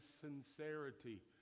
sincerity